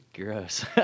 Gross